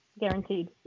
Guaranteed